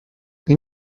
این